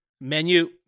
Menu